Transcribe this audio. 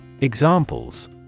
Examples